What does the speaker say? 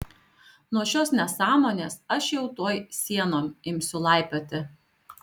nuo šios nesąmonės aš jau tuoj sienom imsiu laipioti